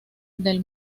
del